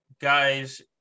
guys